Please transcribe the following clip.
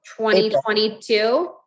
2022